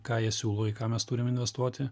ką jie siūlo į ką mes turim investuoti